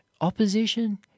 Opposition